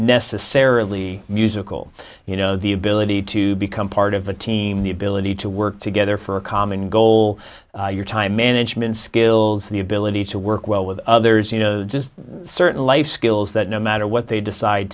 necessarily musical you know the ability to become part of a team the ability to work together for a common goal your time management skills the ability to work well with others you know just certain life skills that no matter what they decide